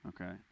Okay